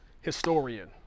historian